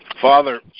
father